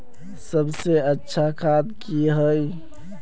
सबसे अच्छा खाद की होय?